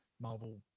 Marvel